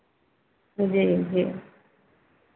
जी जी